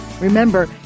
Remember